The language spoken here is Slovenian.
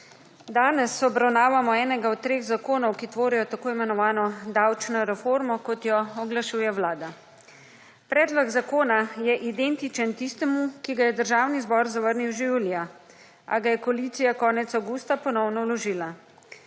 Danes obravnavamo enega od treh zakonov, ki tvorijo tako imenovano davčno reformo kot jo oglašuje Vlada. Predlog zakona je identičen tistemu, ki ga je Državni zbor zavrnil že julija, a ga je koalicija konec avgusta ponovno vložila.